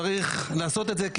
צריך לעשות את זה,